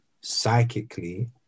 psychically